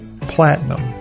platinum